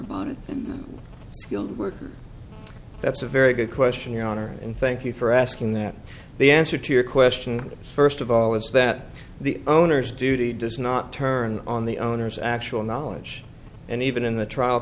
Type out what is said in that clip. workers that's a very good question your honor and thank you for asking that the answer to your question first of all is that the owners duty does not turn on the owner's actual knowledge and even in the trial